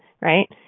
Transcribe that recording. right